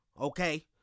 okay